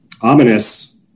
ominous